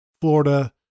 Florida